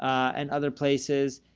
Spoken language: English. and other places.